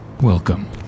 Welcome